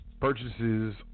Purchases